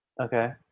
Okay